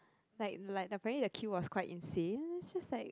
like like apparently the queue was quite insane it's just like